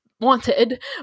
Wanted